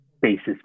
basis